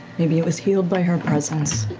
maybe it was healed by her presence